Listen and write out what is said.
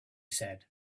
said